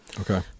Okay